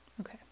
okay